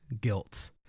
guilt